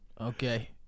Okay